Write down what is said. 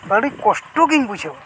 ᱟᱹᱰᱤ ᱠᱚᱥᱴᱚᱜᱤᱧ ᱵᱩᱡᱷᱟᱹᱣᱟ